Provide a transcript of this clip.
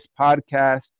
podcast